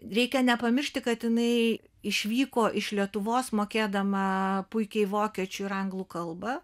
reikia nepamiršti kad jinai išvyko iš lietuvos mokėdama puikiai vokiečių ir anglų kalbą